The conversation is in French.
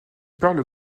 parlent